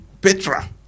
Petra